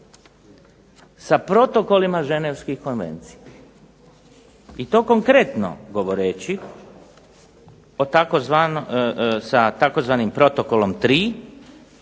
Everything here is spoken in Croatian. sa protokolima ženevskih konvencija, i to konkretno govoreći o tzv., sa tzv. protokolom 3.